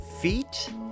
feet